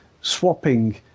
swapping